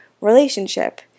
relationship